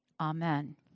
Amen